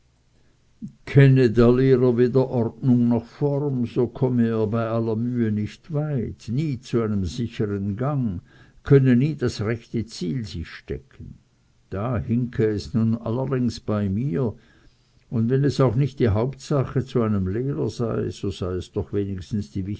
lehrer weder ordnung noch form so komme er bei aller mühe nicht weit nie zu einem sichern gang könne nie das rechte ziel sich stecken da hinke es nun aber allerdings bei mir und wenn es auch nicht die hauptsache bei einem lehrer sei so sei es doch wenigstens die